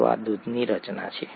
તો આ દૂધની રચના છે